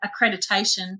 accreditation